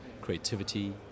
creativity